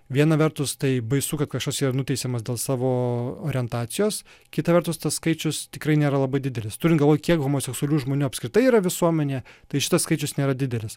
viena vertus tai baisu kad kažkas yra nuteisiamas dėl savo orientacijos kita vertus tas skaičius tikrai nėra labai didelis turint galvoj kiek homoseksualių žmonių apskritai yra visuomenėje tai šitas skaičius nėra didelis